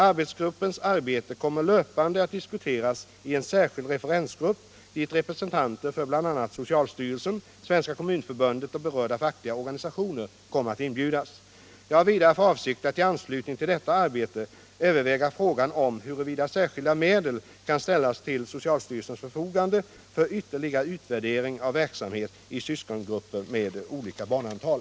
Arbetsgruppens arbete kommer löpande att diskuteras i en särskild referensgrupp dit representanter för bl.a. socialstyrelsen, Svenska kommunförbundet och berörda fackliga organisationer kommer att inbjudas. Jag har vidare för avsikt att i anslutning till detta arbete överväga frågan om huruvida särskilda medel kan ställas till socialstyrelsens förfogande för ytterligare utvärdering av verksamhet i syskongrupper med olika barnantal.